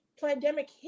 pandemic